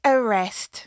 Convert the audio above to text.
Arrest